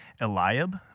Eliab